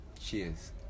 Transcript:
cheers